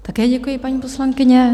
Také děkuji, paní poslankyně.